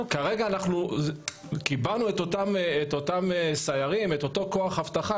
את אותו כוח אבטחה,